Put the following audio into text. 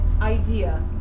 idea